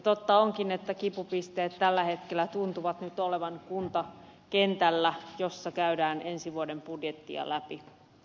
totta onkin että kipupisteet tällä hetkellä tuntuvat olevan kuntakentällä jossa käydään ensi vuoden budjettia läpi